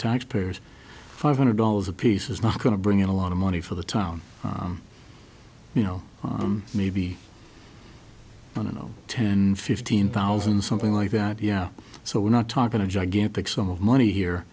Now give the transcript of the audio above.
taxpayers five hundred dollars apiece is not going to bring in a lot of money for the town you know maybe i don't know ten fifteen thousand something like that yeah so we're not talking a gigantic sum of money here